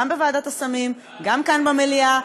גם בוועדת הסמים וגם כאן במליאה,